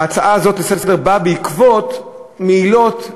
ההצעה לסדר-היום הזאת באה בעקבות מעילות,